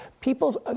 People's